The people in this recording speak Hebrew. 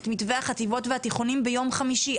את מתווה חטיבות הביניים והתיכונים כבר ביום חמישי.